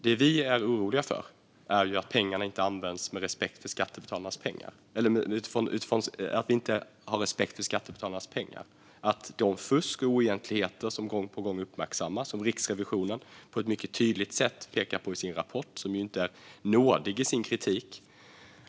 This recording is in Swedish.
Det vi är oroliga för är att man inte har respekt för skattebetalarnas pengar och att fusk och oegentligheter uppmärksammas gång på gång. Detta pekar Riksrevisionen mycket tydligt på i sin rapport, där man inte är nådig i sin kritik.